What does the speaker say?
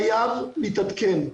חייב להתעדכן.